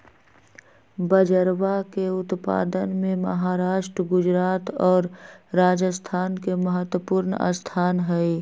बजरवा के उत्पादन में महाराष्ट्र गुजरात और राजस्थान के महत्वपूर्ण स्थान हई